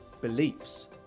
beliefs